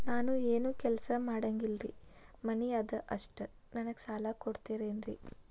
ನಾನು ಏನು ಕೆಲಸ ಮಾಡಂಗಿಲ್ರಿ ಮನಿ ಅದ ಅಷ್ಟ ನನಗೆ ಸಾಲ ಕೊಡ್ತಿರೇನ್ರಿ?